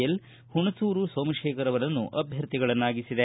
L Hunsur Somashekar ಅವರನ್ನು ಅಭ್ವರ್ಥಿಗಳನ್ನಾಗಿಸಿದೆ